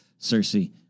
Cersei